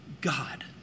God